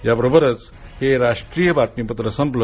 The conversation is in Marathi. याबरोबरच हे राष्ट्रीय बातमीपत्र संपलं